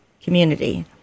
community